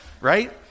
Right